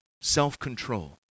self-control